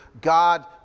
God